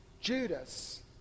Judas